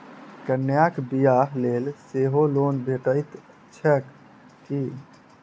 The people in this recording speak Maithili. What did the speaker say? कन्याक बियाह लेल सेहो लोन भेटैत छैक की?